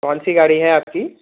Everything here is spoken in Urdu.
کون سی گاڑی ہے آپ کی